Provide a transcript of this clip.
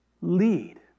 lead